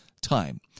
time